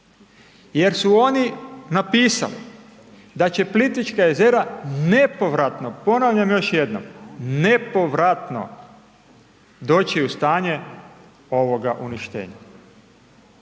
jer su oni napisali da će Plitvička jezera nepovratno, ponavljam još jednom, nepovratno doći u stanje uništenja.